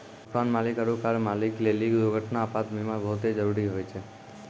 मकान मालिक आरु कार मालिक लेली दुर्घटना, आपात बीमा बहुते जरुरी होय छै